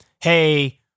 Hey